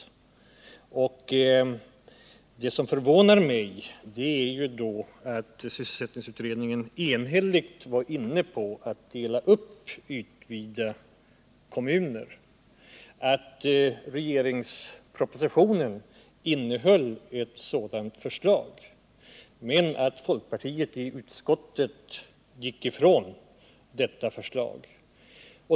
Det som förvånar mig är att en enig sysselsättningsutredning var inne på tanken att dela upp ytvida kommuner och att regeringspropositionen innehöll ett sådant förslag men att folkpartisterna i utskottet gick ifrån detta förslag.